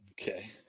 Okay